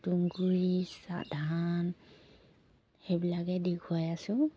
তুঁহ গুৰি ধান সেইবিলাকে দি খুৱাই আছোঁ